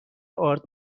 آرد